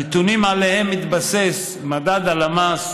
הנתונים שעליהם מתבסס מדד הלמ"ס,